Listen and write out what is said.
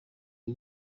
iyi